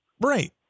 Right